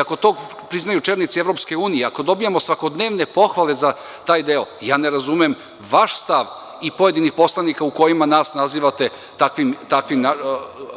Ako to priznaju čelnici EU i ako dobijamo svakodnevne pohvale za taj deo, ja ne razumem vaš stav i pojedinih poslanika u kojima nas nazivate